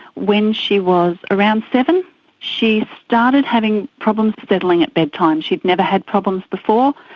when she was around seven she started having problems settling at bedtime. she's never had problems before.